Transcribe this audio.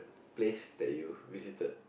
place that you visited